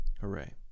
Hooray